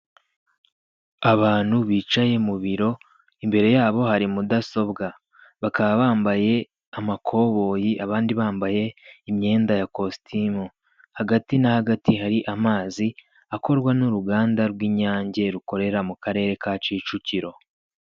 Abantu bicaye mu biro, imbere yabo hari mudasobwa, bakaba bambaye amakoboyi abandi bambaye imyenda ya kositimu, hagati na hagati hari amazi akorwa n'uruganda rw'Inyange rukorera mu Karere ka Kicukiro.